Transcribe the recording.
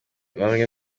bamwe